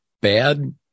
bad